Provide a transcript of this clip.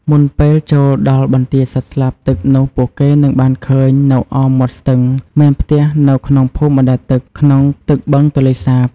មុនពេលចូលដល់បន្ទាយសត្វស្លាបទឹកនោះពួកគេនឹងបានឃើញ នៅអមមាត់ស្ទឹងមានផ្ទះនៅក្នុងភូមិបណ្ដែតទឹក ក្នុងទឹកបឹងទន្លេសាប។